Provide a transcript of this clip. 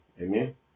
Amen